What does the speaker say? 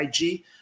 IG